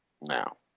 Now